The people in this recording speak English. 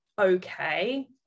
okay